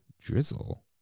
drizzle